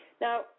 Now